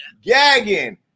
gagging